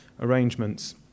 arrangements